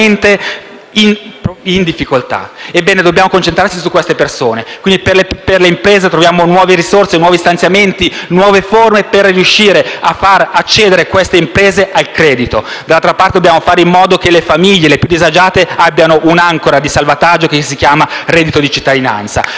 in difficoltà. Ebbene, dobbiamo concentrarci su queste persone. Quindi, da una parte, per le imprese troviamo nuove risorse e stanziamenti per far accedere queste imprese al credito e, dall'altra parte, dobbiamo fare in modo che le famiglie più disagiate abbiano un'ancora di salvataggio che si chiama reddito di cittadinanza.